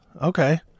okay